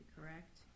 correct